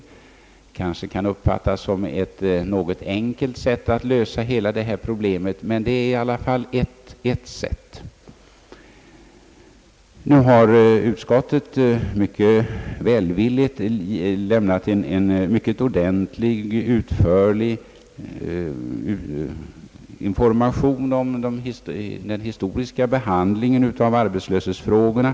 En sådan försäkring kan uppfattas som ett något enkelt sätt att lösa hela problemet, men det är i alla fall ett sätt. Utskottet har mycket välvilligt lämnat en ordentlig och utförlig information om den historiska behandlingen av arbetslöshetsfrågorna.